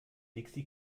dixi